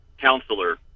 counselor